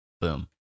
boom